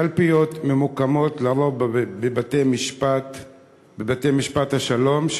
הקלפיות ממוקמות לרוב בבתי-משפט השלום,